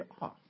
off